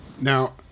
Now